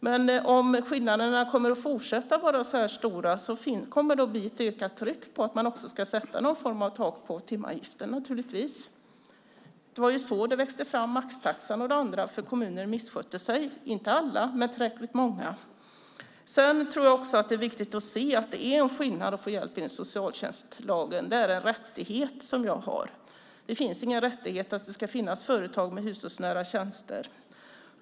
Men om skillnaderna fortsätter att vara så här stora kommer det naturligtvis att bli ett ökat tryck på att man ska sätta någon form av tak på timavgiften. Det var så maxtaxan och det andra växte fram. Kommuner misskötte sig - inte alla, men tillräckligt många. Det är skillnad att få hjälp genom socialtjänstlagen. Det är en rättighet man har. Men det finns ingen rättighet att det ska finnas företag med hushållsnära tjänster.